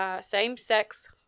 same-sex